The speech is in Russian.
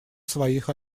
своих